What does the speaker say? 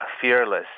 fearless